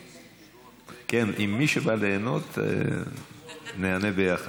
כן, מי שבא ליהנות, ניהנה ביחד.